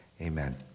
amen